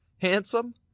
Handsome